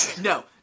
No